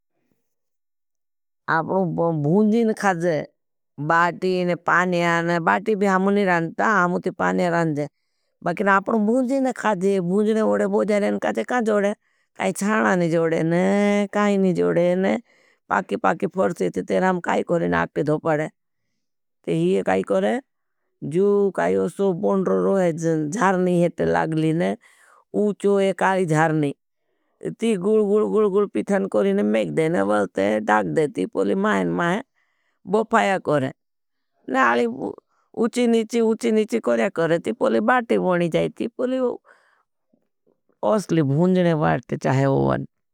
आपनों भूँजीन खाजे बाटी ने पानिया ने बाटी भी हमुनी रहनता हमुती पानिया रहन जे। बकिन आपनों भूँजीन खाजे भूँजने उड़े बोजे रहे न कहते काँ जोड़े। काई चाड़ा नी जोड़े ने, काई नी जोड़े ने पाकी पाकी फ़रसे थे, तेर हम काई करें न आक्टे धोपड़े ते। ही ये काई करें जो काई उसो बॉंडरो रोहे जन, ज्हारणी हेट लागली। न उचो एक आली ज्हारणी ती गुल गुल गुल गुल पिठन करें न मेंग दे न बलते दाग दे ती, पोली महें, महें बोफाया करें। न आली उची नीची उची नीची करया करें ती, पोली बाती बोनी जाई ती पोली उसली भूँजने बात के चाहे ओवन।